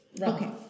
Okay